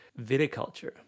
viticulture